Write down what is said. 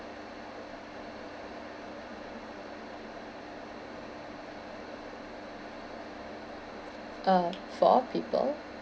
uh four people